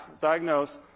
diagnose